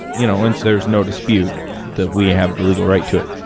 you know and so, there's no dispute that we have the legal right to it.